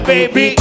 Baby